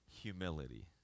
humility